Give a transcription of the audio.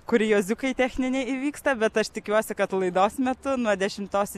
kurioziukai techniniai įvyksta bet aš tikiuosi kad laidos metu nuo dešimtos